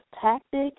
tactic